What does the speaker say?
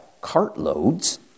cartloads